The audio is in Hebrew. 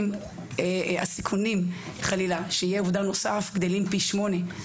הסיכונים שיהיה חלילה אובדן נוסף גדלים פי שמונה,